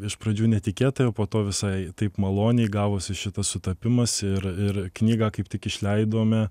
iš pradžių netikėtai o po to visai taip maloniai gavosi šitas sutapimas ir ir knygą kaip tik išleidome